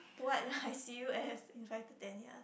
what I see you as in five to ten years